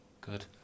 good